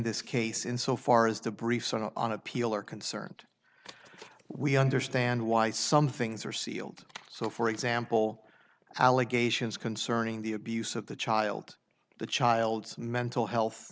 this case in so far as the briefs on appeal are concerned we understand why some things are sealed so for example allegations concerning the abuse of the child the child's mental health